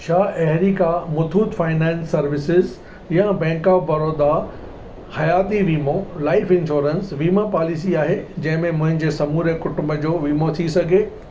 छा अहिड़ी का मुथूट फाइनेंस सर्विसेज़ या बैंक ऑफ बड़ौदा हयाती वीमो लाइफ इंशोरेंस वीमा पॉलिसी आहे जंहिंमें मुंहिंजे समूरे कुटुंब जो वीमो थी सघे